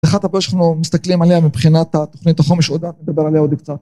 אחת הפעולות שאנחנו מסתכלים עליה מבחינת התוכנית החומש, ועוד דובר עליה עוד קצת.